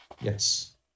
yes